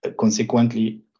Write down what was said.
consequently